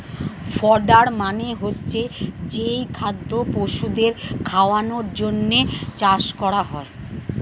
fodder মানে হচ্ছে যেই খাদ্য পশুদের খাওয়ানোর জন্যে চাষ করা হয়